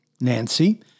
Nancy